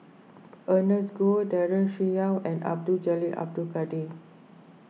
Ernest Goh Daren Shiau and Abdul Jalil Abdul Kadir